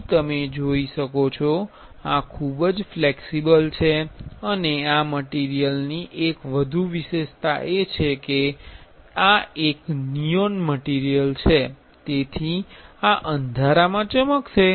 અહીં તમે જોઈ શકો છો આ ખૂબ જ ફ્લેક્સિબલ છે અને આ મટીરિયલની એક વધુ વિશેષતા એ છે કે આ એક નિયોન મટીરિયલ છે તેથી આ અંધારામાં ચમકશે